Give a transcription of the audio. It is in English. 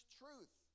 truth